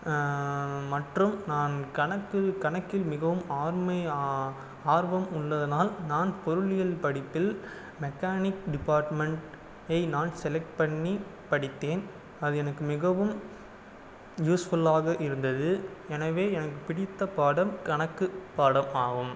மற்றும் நான் கணக்கு கணக்கில் மிகவும் ஆர்மை ஆர்வம் உள்ளதனால் நான் பொருளியல் படிப்பில் மெக்கானிக் டிபார்ட்மண்ட் ஐ நான் செலக்ட் பண்ணி படித்தேன் அது எனக்கு மிகவும் யூஸ்ஃபுல்லாக இருந்தது எனவே எனக்கு பிடித்த பாடம் கணக்கு பாடம் ஆகும்